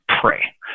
pray